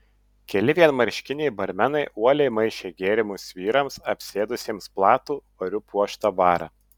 keli vienmarškiniai barmenai uoliai maišė gėrimus vyrams apsėdusiems platų variu puoštą barą